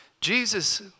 Jesus